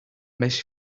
beş